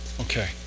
Okay